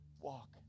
walk